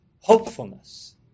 hopefulness